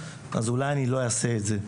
אז אולי אני לא אעשה את זה.